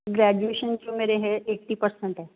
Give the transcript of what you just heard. graduation 'ਚੋਂ ਮੇਰੇ ਹੈਗੇ ਏਟੀ ਪ੍ਰਸੈਂਟ